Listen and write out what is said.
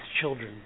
children